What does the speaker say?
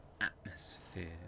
atmosphere